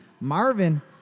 Marvin